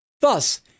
Thus